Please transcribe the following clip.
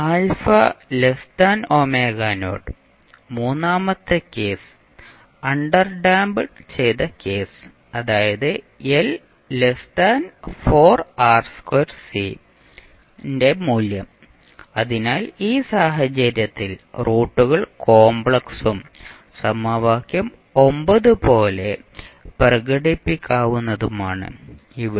α മൂന്നാമത്തെ case underdamp ചെയ്ത case അതായത് ന്റെ മൂല്യം അതിനാൽ ഈ സാഹചര്യത്തിൽ റൂട്ടുകൾ കോമ്പ്ലെക്സും സമവാക്യം പോലെ പ്രകടിപ്പിക്കാവുന്നതുമാണ് ഇവിടെ